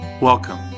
Welcome